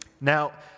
Now